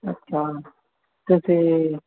ਅੱਛਾ ਤੁਸੀਂ